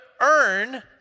earn